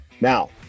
Now